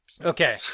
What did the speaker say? Okay